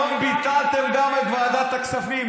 היום ביטלתם גם את ועדת הכספים,